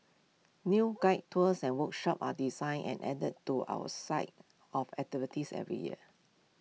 new guided tours and workshops are designed and added to our site of activities every year